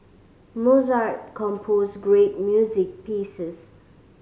Mozart composed great music pieces